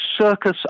circus